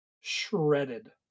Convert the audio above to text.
shredded